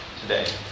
today